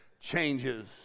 changes